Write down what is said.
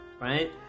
right